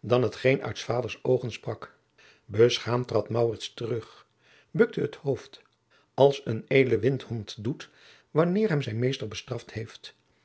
dan t geen uit s vaders oogen sprak beschaamd trad maurits terug bukte het hoofd als een edele windhond doet wanneer hem zijn meester bestraft heeft